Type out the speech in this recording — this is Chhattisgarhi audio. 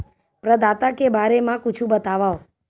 प्रदाता के बारे मा कुछु बतावव?